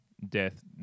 Death